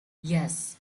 yes